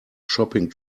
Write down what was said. shopping